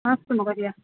अस्तु महोदय